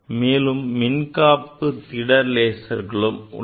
மேலும் மின்காப்பு திட லேசர்களும் உள்ளன